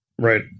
Right